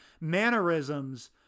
mannerisms